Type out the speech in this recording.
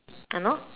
uh no